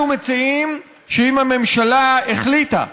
אנחנו מציעים שאם הממשלה החליטה,